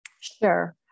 Sure